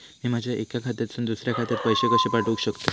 मी माझ्या एक्या खात्यासून दुसऱ्या खात्यात पैसे कशे पाठउक शकतय?